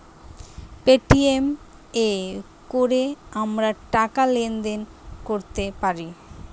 Paytm এ কোরে আমরা টাকা লেনদেন কোরতে পারি